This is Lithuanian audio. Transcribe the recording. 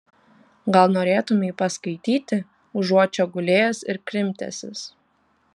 gal norėtumei paskaityti užuot čia gulėjęs ir krimtęsis